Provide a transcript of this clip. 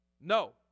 no